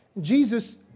Jesus